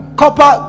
copper